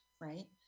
right